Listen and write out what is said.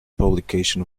publication